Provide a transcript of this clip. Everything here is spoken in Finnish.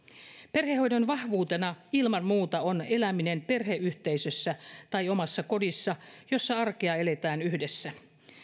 perhehoidon vahvuutena ilman muuta on eläminen perheyhteisössä tai omassa kodissa jossa arkea eletään yhdessä